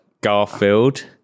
Garfield